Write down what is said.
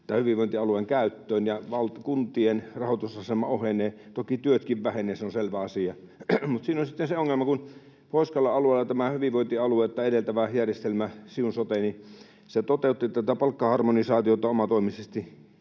hyvinvointialueen käyttöön ja kuntien rahoitusasema ohenee — toki työtkin vähenevät, se on selvä asia — niin siinä on sitten se ongelma, että kun Pohjois-Karjalan alueella tämä hyvinvointialuetta edeltävä järjestelmä, Siun sote, toteutti tätä palkkaharmonisaatiota omatoimisesti